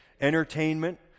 entertainment